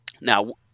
Now